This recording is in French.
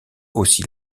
aussi